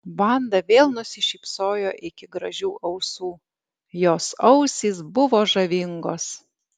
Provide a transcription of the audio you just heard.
vanda vėl nusišypsojo iki gražių ausų jos ausys buvo žavingos